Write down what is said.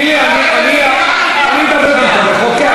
תני לי, אני אדבר במקומך, אוקיי?